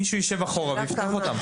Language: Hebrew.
מישהו ישב ויפתח אותם.